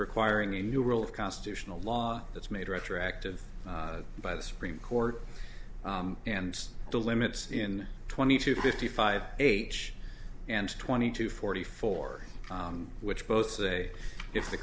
requiring the new rule of constitutional law that's made retroactive by the supreme court and the limits in twenty to fifty five age and twenty two forty four which both say if the